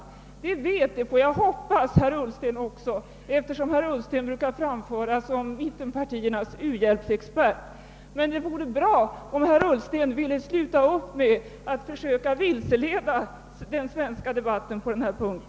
Vi vet alltså hur det ligger till — jag hoppas att det gäller även herr Ullsten, eftersom han brukar framföras som mittenpartiernas u-hjälpsexpert. Men det vore bra om herr Ullsten ville sluta upp med att försöka vilseleda den svenska opinionen i debatten på denna punkt.